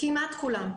כמעט כולם.